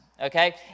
okay